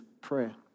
prayer